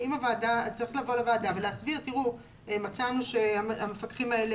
צריך לבוא לוועדה ולהסביר שמצאו שהמפקחים האלה